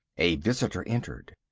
a visitor entered.